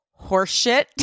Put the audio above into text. horseshit